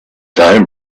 time